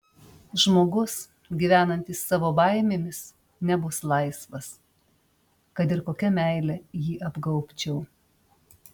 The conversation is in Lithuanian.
žmogus gyvenantis savo baimėmis nebus laisvas kad ir kokia meile jį apgaubčiau